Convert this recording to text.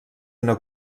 una